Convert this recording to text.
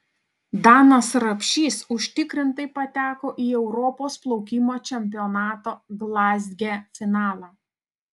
danas rapšys užtikrintai pateko į europos plaukimo čempionato glazge finalą